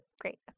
Great